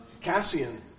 Cassian